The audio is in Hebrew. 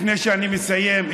לפני שאני מסיים,